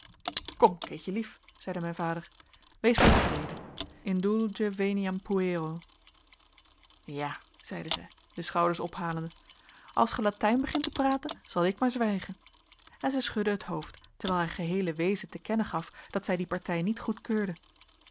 kom keetje lief zeide mijn vader wees maar tevreden indulge veniam puero ja zeide zij de schouders ophalende als ge latijn begint te praten zal ik maar zwijgen en zij schudde het hoofd terwijl haar geheele wezen te kennen gaf dat zij die partij niet goedkeurde